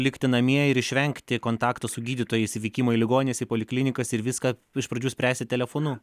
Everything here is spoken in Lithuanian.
likti namie ir išvengti kontakto su gydytojais vykimo į ligonines į poliklinikas ir viską iš pradžių spręsit telefonu